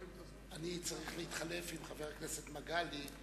אני צריך להתחלף עם חבר הכנסת מגלי.